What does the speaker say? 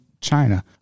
China